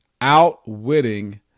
outwitting